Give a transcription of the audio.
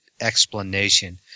explanation